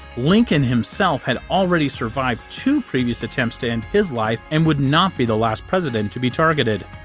lincoln, himself, had already survived two previous attempts to end his life, and would not be the last president to be targeted.